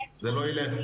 זה לא ילך.